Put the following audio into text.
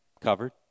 covered